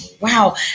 Wow